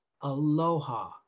Aloha